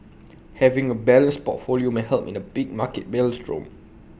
having A balanced portfolio may help in A big market maelstrom